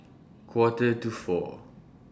Quarter to four